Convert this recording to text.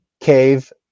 cave